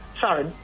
Sorry